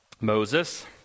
Moses